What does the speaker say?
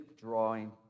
drawing